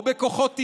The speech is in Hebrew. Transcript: או בכוחות איראניים.